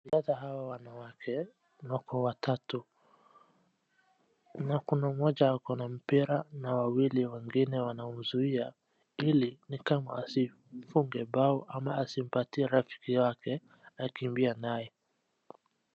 Wanadada hawa wanawake, wako watatu, na kuna mmoja ako na mpira na wawili wengine wanamzuia ili ni kama asifunge mbao ama asimpatie rafiki yake, akimbie nayo.